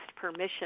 permission